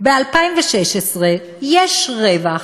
ב-2016 יש רווח,